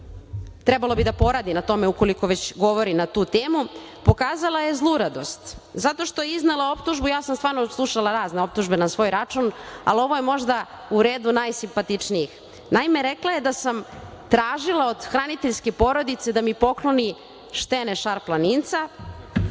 trebalo bi da poradi na tome ukoliko već govori na tu temu, pokazala je zluradost, zato što je iznela optužbu, ja sam stvarno slušala razne optužbe na svoj račun, ali ovo je možda u redu najsimpatičnijih. Naime, rekla je da sam tražila od hraniteljske porodice da mi pokloni štene šarplaninca,